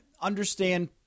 understand